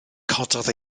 cododd